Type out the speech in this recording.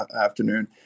afternoon